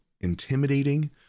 intimidating